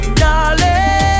darling